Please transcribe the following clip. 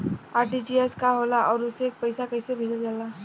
RTGS का होला आउरओ से पईसा कइसे भेजल जला?